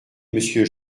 monsieur